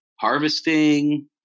harvesting